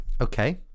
Okay